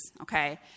okay